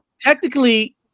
technically